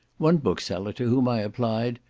one bookseller to whom i applied,